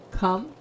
come